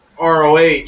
ROH